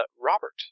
Robert